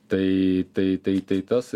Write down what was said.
tai tai tai tai tas